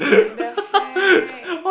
what the heck